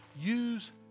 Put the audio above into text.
use